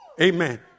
Amen